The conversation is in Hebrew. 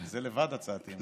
זה לבד הצעת אי-אמון.